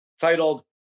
titled